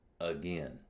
again